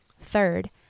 Third